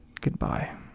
goodbye